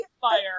fire